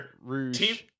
Rouge